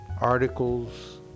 Articles